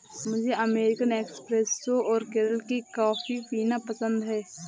मुझे American espresso और केरल की कॉफी पीना पसंद है